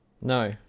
No